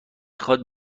خواد